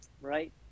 Right